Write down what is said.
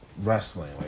wrestling